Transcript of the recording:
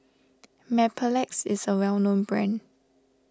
Mepilex is a well known brand